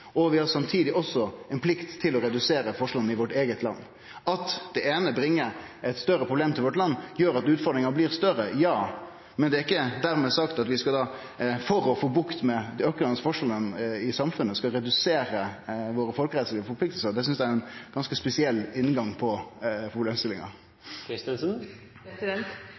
og vi har samtidig ei plikt til å redusere forskjellane i vårt eige land. At det eine bringar eit større problem til landet vårt, gjer at utfordringa blir større – ja, men det er ikkje dermed sagt at for å få bukt med dei aukande forskjellane i samfunnet skal vi redusere dei folkerettslege pliktene våre. Det synest eg er ein ganske spesiell inngang